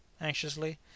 anxiously